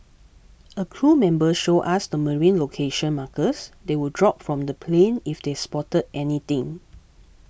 a crew member showed us the marine location markers they would drop from the plane if they spotted anything